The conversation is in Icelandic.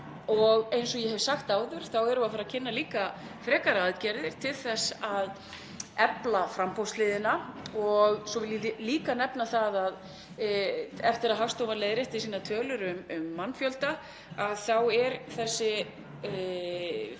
Eins og ég hef sagt áður þá erum við líka að fara að kynna frekari aðgerðir til þess að efla framboðshliðina. Svo vil ég líka nefna að eftir að Hagstofan leiðrétti sínar tölur um mannfjölda þá er þessi